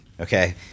Okay